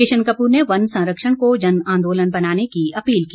किशन कपूर ने वन संरक्षण को जन आंदोलन बनाने की अपील की